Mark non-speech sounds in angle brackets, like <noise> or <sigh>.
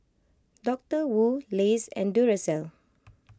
Doctor Wu Lays and Duracell <noise>